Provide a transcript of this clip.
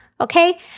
Okay